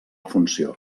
funció